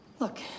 Look